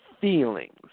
feelings